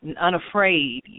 Unafraid